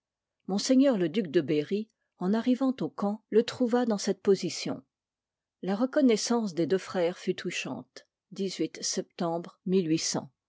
ms le duc de berry en arrivant au camp le trouva dans cette position la reconnoissance des deux frères fut touchante